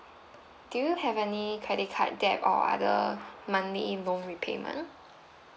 do you have any credit card debt or other monthly loan repayment